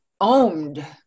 owned